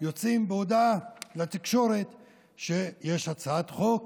יוצאים בהודעה לתקשורת שיש הצעת חוק